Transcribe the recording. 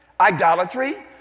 idolatry